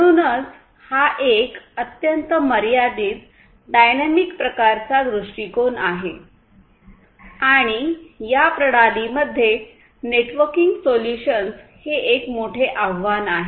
म्हणूनच हा एक अत्यंत मर्यादित डायनॅमिक प्रकारचा दृष्टीकोन आहे आणि या प्रणालींमध्ये नेटवर्किंग सोल्यूशन्स हे एक मोठे आव्हान आहे